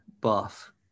buff